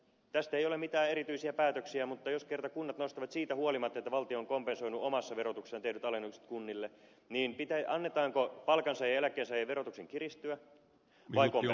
tästä ei ole mitään erityisiä päätöksiä mutta jos kerta kunnat nostavat siitä huolimatta että valtio on kompensoinut omassa verotuksessaan tehdyt alennukset kunnille niin annetaanko palkansaajien ja eläkkeensaajien verotuksen kiristyä vai kompensoidaanko tämä